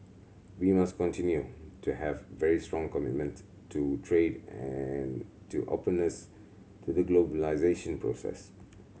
we must continue to have very strong commitment to trade and to openness to the globalisation process